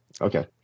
Okay